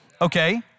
Okay